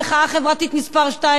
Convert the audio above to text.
המחאה החברתית מס' 2,